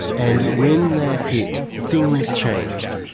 and when that hit, things changed.